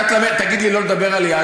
אתה תגיד לי לא לדבר על יהדות?